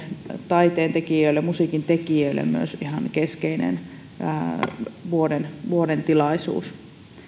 taiteentekijöille musiikintekijöille myös ihan keskeinen vuoden vuoden tilaisuus